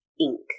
ink